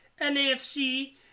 NAFC